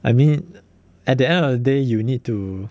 I mean at the end of the day you need to